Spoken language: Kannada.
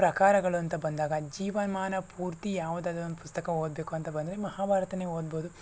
ಪ್ರಕಾರಗಳು ಅಂತ ಬಂದಾಗ ಜೀವಮಾನ ಪೂರ್ತಿ ಯಾವುದಾದರೊಂದು ಪುಸ್ತಕ ಓದಬೇಕು ಅಂತ ಬಂದರೆ ಮಹಾಭಾರತವೇ ಓದ್ಬೋದು